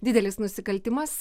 didelis nusikaltimas